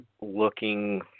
looking